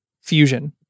fusion